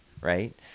right